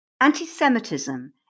Anti-Semitism